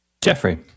jeffrey